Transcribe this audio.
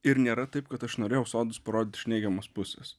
ir nėra taip kad aš norėjau sodus parodyt iš neigiamos pusės